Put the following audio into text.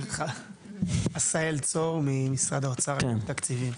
עשהאל צור ממשרד האוצר, אגף תקציבים.